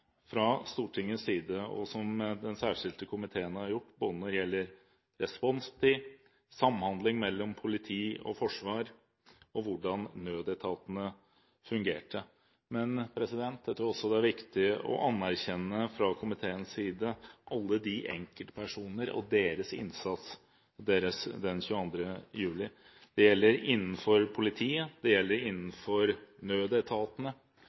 fra Stortingets side, som Den særskilte komité har gjort, både når det gjelder responstid, samhandling mellom politi og forsvar og hvordan nødetatene fungerte. Men jeg tror også det er viktig fra komiteens side å anerkjenne alle de enkeltpersoner som gjorde en innsats den 22. juli. Det gjelder innenfor politiet, det gjelder innenfor nødetatene,